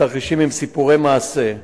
התרחישים הם סיפורי מעשה,